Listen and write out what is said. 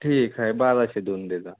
ठीक आहे बाराशे देऊन देजा